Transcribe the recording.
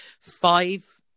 five